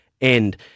end